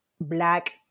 black